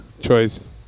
choice